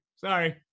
Sorry